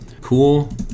Cool